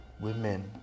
women